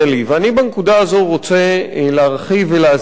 בנקודה הזאת אני רוצה להרחיב ולהסביר.